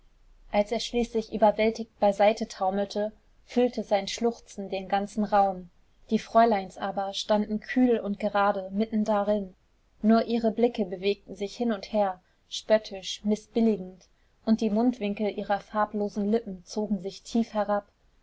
als er schließlich überwältigt beiseite taumelte füllte sein schluchzen den ganzen raum die fräuleins aber standen kühl und gerade mitten darin nur ihre blicke bewegten sich hin und her spöttisch mißbilligend und die mundwinkel ihrer farblosen lippen zogen sich tief herab